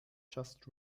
just